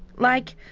like.